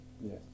Yes